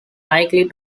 likely